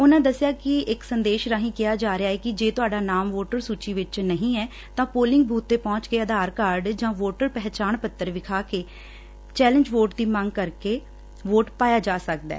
ਉਂਨੂਾਂ ਦਸਿਆ ਕਿ ਇਕ ਸੰਦੇਸ਼ ਰਾਹੀਂ ਕਿਹਾ ਜਾ ਰਿਹਾ ਹੈ ਜੇ ਤੁਹਾਡਾ ਨਾਮ ਵੋਟਰ ਸੂਚੀ ਵਿਚ ਨਹੀਂ ਹੈ ਤਾਂ ਪੋਲਿੰਗ ਬੂਥ ਤੇ ਪਹੁੰਚ ਕੇ ਆਧਾਰ ਕਾਰਡ ਜਾਂ ਵੋਟਰ ਪਹਿਚਾਣ ਪੱਤਰ ਵਿਖਾ ਕੇ ਚੈਲਜ ਵੋਟ ਦੀ ਮੰਗ ਕਰਕੇ ਵੋਟ ਪਾਇਆ ਜਾ ਸਕਦੈ